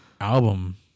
album